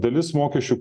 dalis mokesčių